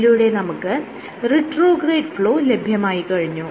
ഇതിലൂടെ നമുക്ക് retrograde flow ലഭ്യമായി കഴിഞ്ഞു